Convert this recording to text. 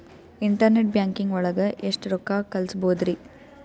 Internet banking ಒಳಗೆ ಎಷ್ಟ್ ರೊಕ್ಕ ಕಲ್ಸ್ಬೋದ್ ರಿ?